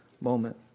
moment